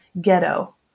ghetto